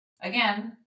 again